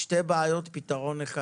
כשיש שתי בעיות שנפתרות באמצעות פתרון אחד.